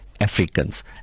Africans